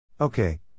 Okay